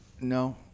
No